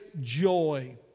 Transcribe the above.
joy